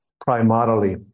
primarily